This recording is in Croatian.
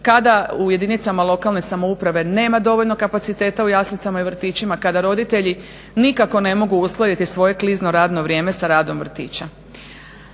kada u jedinicama lokalne samouprave nema dovoljno kapaciteta u jaslicama i vrtićima, kada roditelji nikako ne mogu uskladiti svoje klizno radno vrijeme sa radom vrtićima.